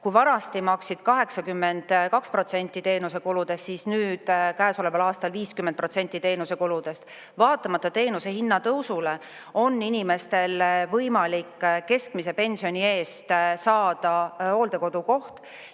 inimesed maksid 82% teenuse kuludest, siis nüüd, käesoleval aastal 50% teenuse kuludest. Vaatamata teenuse hinna tõusule on inimestel võimalik keskmise pensioni eest saada hooldekodukoht